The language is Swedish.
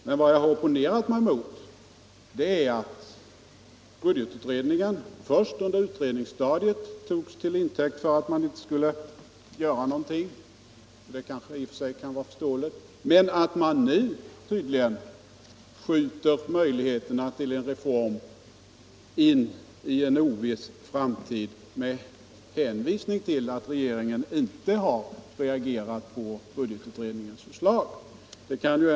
Men vad jag har opponerat mig mot är att budgetutredningen först under utredningsstadiet togs till intäkt för att man inte skulle göra nå 53 gonting — och det kanske i och för sig kan vara förståeligt — och att man nu skjuter möjligheterna till en reform in i en oviss framtid med hänvisning till att regeringen inte har reagerat på budgetutredningens förslag.